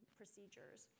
procedures